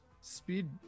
speed